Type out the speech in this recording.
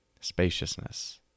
spaciousness